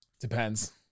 Depends